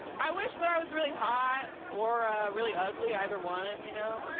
i wish that i was really hot or really ugly, either one, you know.